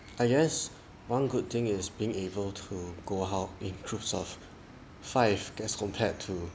I guess one good thing is being able to go out in groups of five as compared to